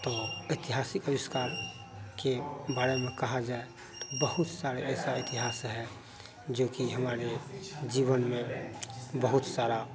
तो ऐतिहासिक अविष्कार के बारे में कहा जाए तो बहुत सारे ऐसा इतिहास है जोकि हमारे जीवन में बहुत सारी